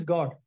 God